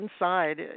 inside